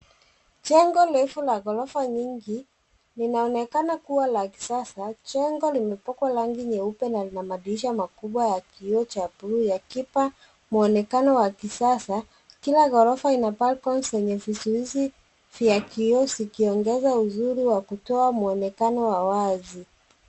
Jengo refu la gorofa nyingi linaonekana kuwa la kisasa. Jengo limepakwa rangi nyeupe na madirisha makubwa ya kioo cha buluu yakipa muonekano wa kisasa. Kila gorofa ina balcony zenye vizuizi vya kioo, zikiongeza uzuri wa kutoa muonekano wa wazi.